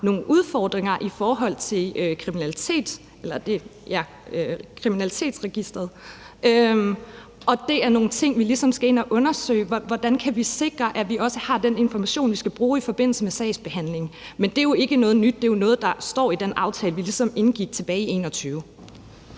nogle udfordringer i forhold til kriminalitetsregisteret, og vi skal ligesom ind og undersøge, hvordan vi kan sikre, at vi har den information, vi skal bruge i forbindelse med sagsbehandlingen. Men det er jo ikke noget nyt; det er jo noget, der står i den aftale vi indgik tilbage i 2021